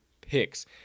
picks